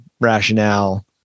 rationale